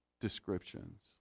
descriptions